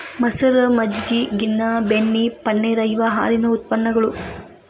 ಮಸರ, ಮಜ್ಜಗಿ, ಗಿನ್ನಾ, ಬೆಣ್ಣಿ, ಪನ್ನೇರ ಇವ ಹಾಲಿನ ಉತ್ಪನ್ನಗಳು